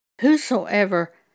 Whosoever